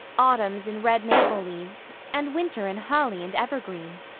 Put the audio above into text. autumn's in red maple leaves, and winter in holly and evergreen.